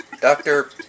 doctor